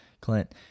Clint